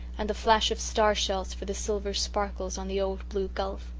and the flash of star shells for the silver sparkles on the old blue gulf.